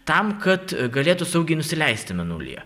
tam kad galėtų saugiai nusileisti mėnulyje